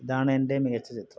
ഇതാണ് എൻ്റെ മികച്ച ചിത്രം